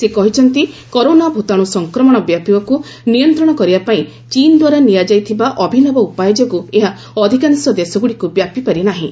ସେ କହିଛନ୍ତି କରୋନା ଭୂତାଣୁ ସଂକ୍ରମଣ ବ୍ୟାପିବାକୁ ନିୟନ୍ତ୍ରଣ କରିବା ପାଇଁ ଚୀନ୍ ଦ୍ୱାରା ନିଆଯାଇଥିବା ଅଭିନବ ଉପାୟ ଯୋଗୁଁ ଏହା ଅଧିକାଂଶ ଦେଶଗୁଡ଼ିକୁ ବ୍ୟାପିପାରି ନାହିଁ